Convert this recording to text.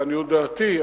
לעניות דעתי,